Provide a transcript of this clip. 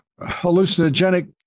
hallucinogenic